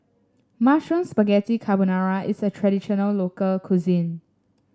Mushroom Spaghetti Carbonara is a traditional local cuisine